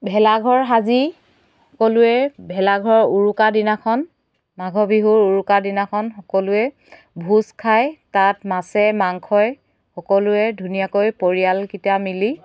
ভেলাঘৰ সাজি সকলোৱে ভেলাঘৰ উৰুকা দিনাখন মাঘৰ বিহু উৰুকাৰ দিনাখন সকলোৱে ভোজ খায় তাত মাছে মাংসই সকলোৱে ধুনীয়াকৈ পৰিয়ালকেইটা মিলি